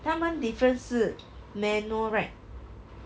他们 difference 是 manual right